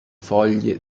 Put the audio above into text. foglie